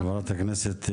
רגע, חברת הכנסת נירה.